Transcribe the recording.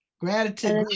gratitude